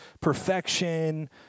perfection